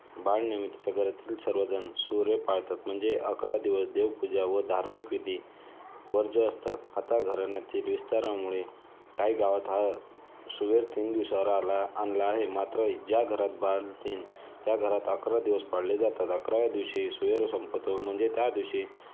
बाळनिमि तच्या घरातील सर्वजण सुर्व पाळतात म्हणजे अकरा दिवस देवपूजा व धार्मिक विधी वर्ज्य असतात आता घराण्यातील विस्तारामुळे काही गावात हा सुवेर तीन दिवसावर आला आणला आहे मात्र ज्या घरात बाळंतीण त्या घरात अकरा दिवस पाळले जातात अकराव्या दिवशी सुवेर संपतो म्हणजे त्या दिवशी